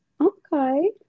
Okay